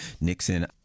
Nixon